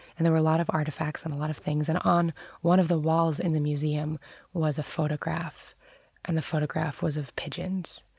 and there were a lot of artifacts and a lot of things. and on one of the walls in the museum was a photograph and the photograph was of pigeons.